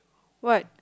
what